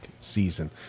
season